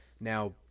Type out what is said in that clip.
now